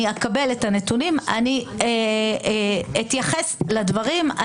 אני אקבל את הנתונים ואני אתייחס לדברים.